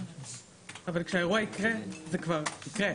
אבל כשהאירוע יקרה זה כבר יקרה,